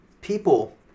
people